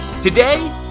Today